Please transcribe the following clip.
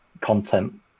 content